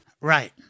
Right